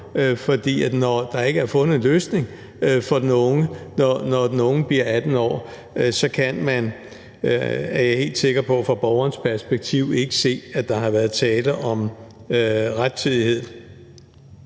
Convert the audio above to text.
For når der ikke er fundet en løsning for den unge, når den unge bliver 18 år, så kan man, er jeg helt sikker på, fra borgerens perspektiv ikke se, at der har været tale om rettidighed.